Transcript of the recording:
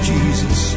Jesus